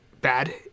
Bad